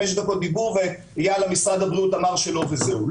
דקות דיבור ויאללה משרד הבריאות אמר שלא וזהו.